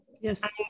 Yes